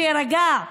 שיירגע.